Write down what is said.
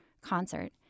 concert